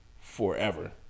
forever